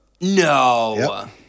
No